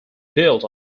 built